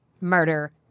murder